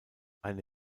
eine